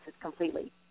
completely